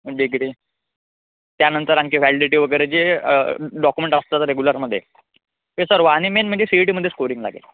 degree त्यानंतर आणखी validity वगैरे जे डॉक्युमेंट असतात रेगुलरमध्ये ते सर्व आनि मेन म्हणजे सी ई टीमध्ये स्कोरिंग लागेल